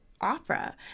opera